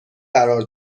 قرار